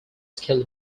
skill